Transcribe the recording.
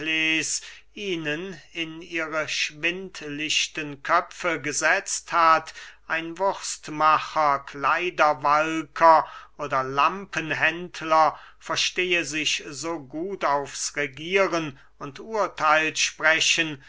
ihnen in ihre schwindlichten köpfe gesetzt hat ein wurstmacher kleiderwalker oder lampenhändler verstehe sich so gut aufs regieren und urtheil sprechen